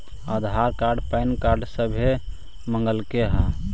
आधार card PAN card सभे मगलके हे?